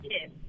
Yes